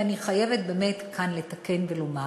ואני חייבת כאן לתקן ולומר: